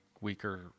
weaker